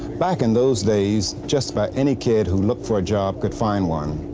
back in those days, just about any kid who looked for a job could find one.